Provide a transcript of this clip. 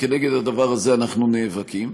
כנגד הדבר הזה אנחנו נאבקים.